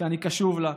שאני קשוב לה,